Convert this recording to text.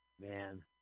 Man